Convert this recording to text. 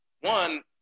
one